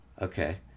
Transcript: okay